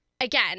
again